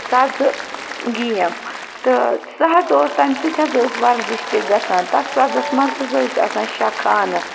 سَزٕ گیم تہٕ سُہ حظ اوس تَمہِ سۭتۍ حظ اوس وَرزِش تہِ گژھان تَتھ سَزَس منٛز حظ ٲسۍ آسان شےٚ خانہٕ